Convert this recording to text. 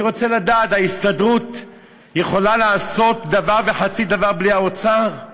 אני רוצה לדעת: ההסתדרות יכולה לעשות דבר וחצי דבר בלי האוצר?